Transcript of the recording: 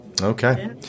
Okay